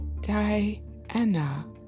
Diana